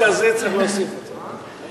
הצעת חוק לתיקון פקודת מסילות הברזל (מס'